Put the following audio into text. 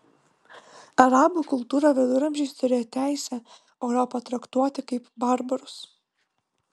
arabų kultūra viduramžiais turėjo teisę europą traktuoti kaip barbarus